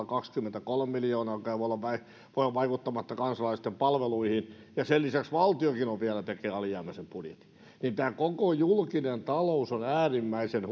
kaksikymmentäkolme miljoonaa mikä ei voi olla vaikuttamatta kansalaisten palveluihin ja sen lisäksi valtiokin vielä tekee alijäämäisen budjetin tämä koko julkinen talous on äärimmäisen